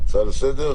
הצעה לסדר?